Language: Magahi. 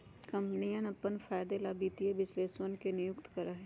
कम्पनियन अपन फायदे ला वित्तीय विश्लेषकवन के नियुक्ति करा हई